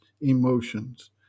emotions